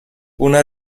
una